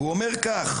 והוא אומר כך: